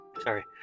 Sorry